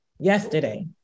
yesterday